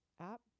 app